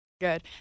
good